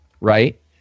Right